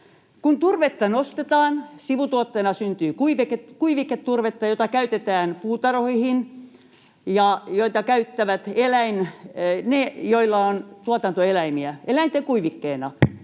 Kun turvetta nostetaan, sivutuotteena syntyy kuiviketurvetta, jota käytetään puutarhoihin ja jota käyttävät ne, joilla on tuotantoeläimiä, eläinten kuivikkeena.